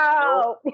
No